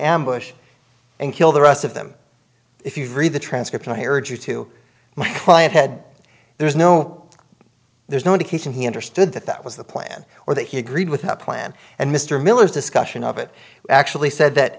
ambush and kill the rest of them if you read the transcript i urge you to my client head there is no there's no indication he understood that that was the plan or that he agreed with the plan and mr miller's discussion of it actually said that